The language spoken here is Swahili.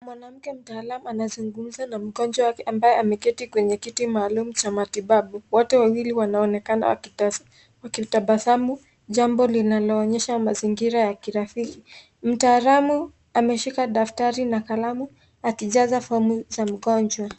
Mwanamke mtaalamu anazungumza na mgonjwa wake ambaye ameketi kwenye kiti maalum cha matibabu. Wote wawili wanaonekana wakitabasamu, jambo linaloonyesha mazingira ya kirafiki. Mtaalamu ameshika daftari na kalamu akijaza fomu za mgonjwa.